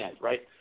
right